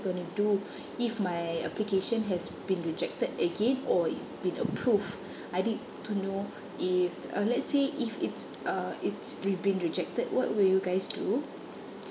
gonna do if my application has been rejected again or it's been approved I need to know if uh let's say if it's uh it's re~ been rejected what will you guys do